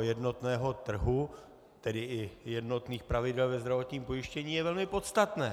jednotného trhu, tedy i jednotných pravidel ve zdravotním pojištění, je velmi podstatný.